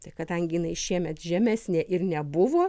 tai kad anginai šiemet žemesnė ir nebuvo